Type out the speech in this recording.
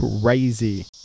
crazy